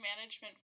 management